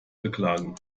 beklagen